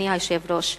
אדוני היושב-ראש,